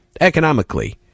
economically